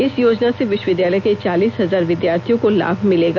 इस योजना से विश्वविद्यालय के चालीस हजार विद्यार्थियों को लाभ मिलेगा